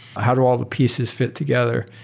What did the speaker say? how do all the pieces fit together?